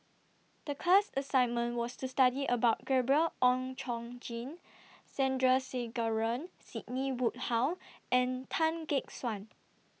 The class assignment was to study about Gabriel Oon Chong Jin Sandrasegaran Sidney Woodhull and Tan Gek Suan